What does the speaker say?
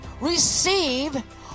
receive